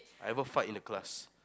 ever fart in class